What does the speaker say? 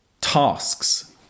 Tasks